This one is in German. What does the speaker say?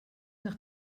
nach